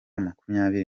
makumyabiri